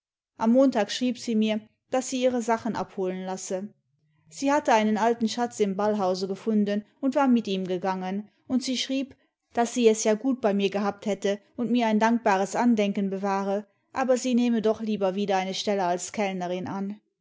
am montag schrieb sie mir daß sie ihre sachen abholen lasse sie hatte einen alten schatz im ballhause gefunden und war mit ihm gegangen und sie schrieb daß sie es ja gut bei mir gehabt hätte und mir ein dankbares andenken bewahre aber sie nehme doch lieber wieder eine stelle als kellnerin an